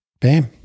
bam